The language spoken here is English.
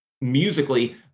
musically